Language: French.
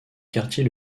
quartier